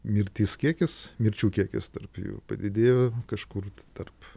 mirtis kiekis mirčių kiekis tarp jų padidėjo kažkur tarp